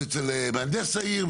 ואצל מהנדס העיר,